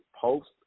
post